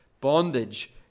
bondage